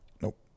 nope